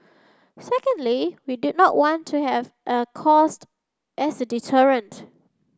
secondly we did not want to have a cost as a deterrent